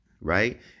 right